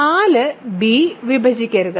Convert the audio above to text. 4 b വിഭജിക്കരുത്